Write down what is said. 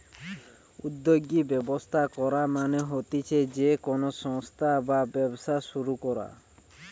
উদ্যোগী ব্যবস্থা করা মানে হতিছে যে কোনো সংস্থা বা ব্যবসা শুরু করা